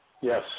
yes